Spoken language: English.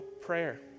prayer